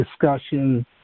discussion